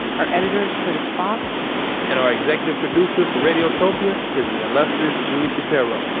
our editor is curtis fox and our executive producer for radiotopia is the illustrious julie shapiro.